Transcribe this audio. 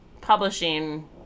publishing